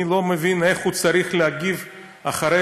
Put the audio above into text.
אני לא מבין איך הוא צריך להגיב אחרי